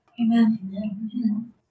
Amen